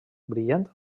brillant